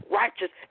righteous